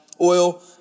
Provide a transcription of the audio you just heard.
Oil